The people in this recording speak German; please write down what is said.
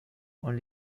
und